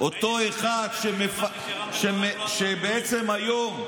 אותו אחד שבעצם היום,